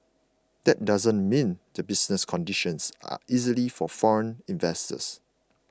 that doesn't mean the business conditions are easy for foreign investors